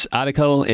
article